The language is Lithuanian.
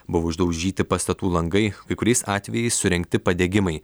buvo išdaužyti pastatų langai kai kuriais atvejais surengti padegimai